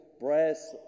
brass